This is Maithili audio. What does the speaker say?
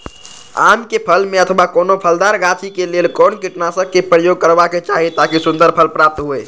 आम क फल में अथवा कोनो फलदार गाछि क लेल कोन कीटनाशक प्रयोग करबाक चाही ताकि सुन्दर फल प्राप्त हुऐ?